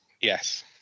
yes